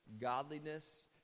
godliness